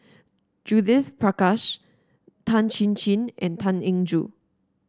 Judith Prakash Tan Chin Chin and Tan Eng Joo